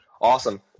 Awesome